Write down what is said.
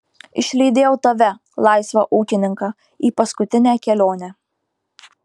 išlydėjau tave laisvą ūkininką į paskutinę kelionę